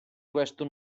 questo